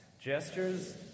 gestures